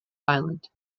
island